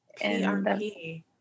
PRP